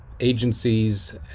agencies